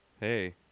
hey